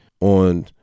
On